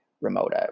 remote